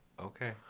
Okay